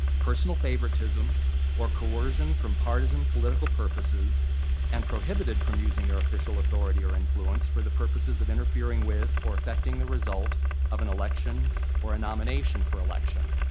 personal favoritism or coercion from partisan political purposes and prohibited from using their official authority or influence for the purposes of interfering with or affecting the result of an election or a nomination for election.